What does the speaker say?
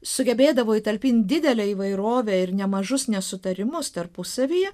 sugebėdavo įtalpint didelę įvairovę ir nemažus nesutarimus tarpusavyje